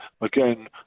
Again